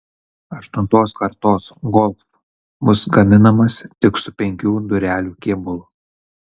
aštuntos kartos golf bus gaminamas tik su penkių durelių kėbulu